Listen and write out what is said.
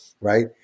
Right